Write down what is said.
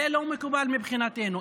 זה לא מקובל מבחינתנו.